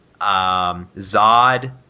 Zod